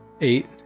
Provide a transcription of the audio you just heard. eight